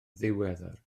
ddiweddar